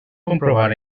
comprovar